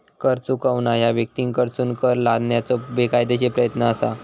कर चुकवणा ह्या व्यक्तींकडसून कर लादण्याचो बेकायदेशीर प्रयत्न असा